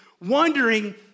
wondering